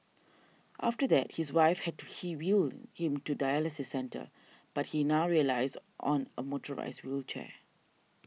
after that his wife had to wheel him to the dialysis centre but he now relies on a motorised wheelchair